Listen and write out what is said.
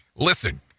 Listen